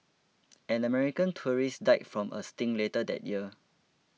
an American tourist died from a sting later that year